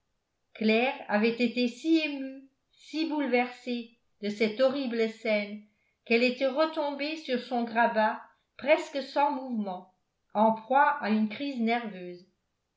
claire avait été si émue si bouleversée de cette horrible scène qu'elle était retombée sur son grabat presque sans mouvement en proie à une crise nerveuse